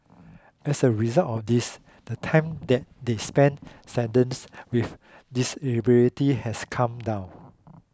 as a result of this the time that they spend saddled with disabilities has come down